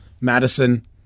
Madison